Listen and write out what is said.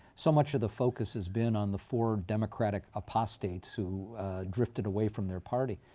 so much of the focus has been on the four democrat apostates who drifted away from their party.